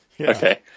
Okay